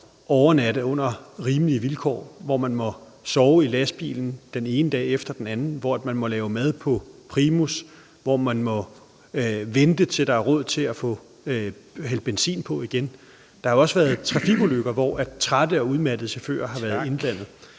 overnatte under rimelige vilkår, men hvor de den ene dag efter den anden må sove i lastbilerne, hvor de må lave mad på en primus, hvor de må vente, til der er råd til igen at få hældt benzin på. Der har også været trafikulykker, hvor trætte og udmattede chauffører har været indblandet.